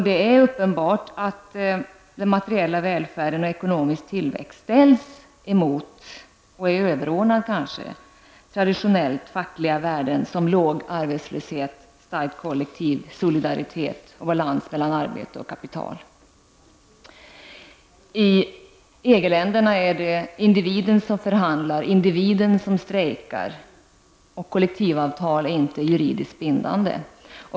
Det är uppenbart att den materiella välfärden och ekonomisk tillväxt ställs emot, och är överordnade, traditionellt fackliga värden som låg arbetslöshet, stark kollektiv solidaritet och balans mellan arbete och kapital. I EG-länderna är det individen som förhandlar, individen som strejkar, och kollektivavtal är inte juridiskt bindande.